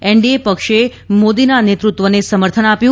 NDA પક્ષે મોદીના નેત્રત્વને સમર્થન આપ્યું